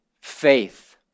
faith